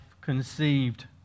conceived